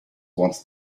wanted